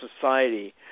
society